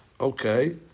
Okay